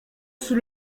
sous